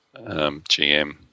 GM